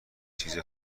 چیز